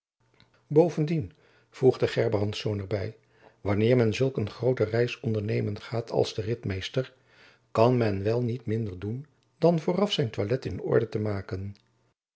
bovendien voegde gerbrandsz er by wanneer men zulk een groote reis ondernemen gaat als de ritmeester kan men wel niet minder doen dan vooraf zijn toilet in orde te maken